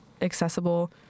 accessible